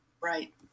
Right